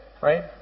right